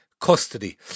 custody